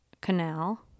canal